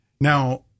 Now